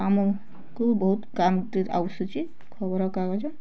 ଆମକୁ ବହୁତ୍ ଆଉଁସୁଛି ଖବର କାଗଜ